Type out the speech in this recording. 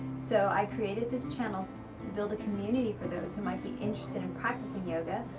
so i created this channel to build a community for those who might be interested in practicing yoga,